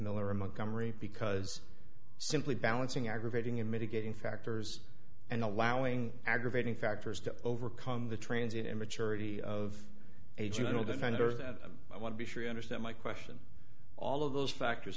miller and not come rape because simply balancing aggravating and mitigating factors and allowing aggravating factors to overcome the transit immaturity of a general defender that i want to be sure you understand my question all of those factors